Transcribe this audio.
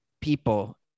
people